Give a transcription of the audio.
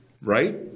right